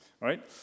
right